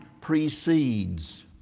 precedes